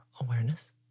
awareness